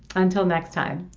until next time.